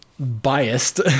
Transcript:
biased